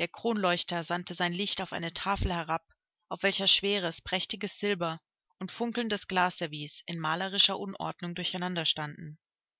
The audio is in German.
der kronleuchter sandte sein licht auf eine tafel herab auf welcher schweres prächtiges silber und funkelndes glasservice in malerischer unordnung durcheinander